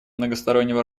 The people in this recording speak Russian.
многостороннего